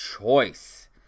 choice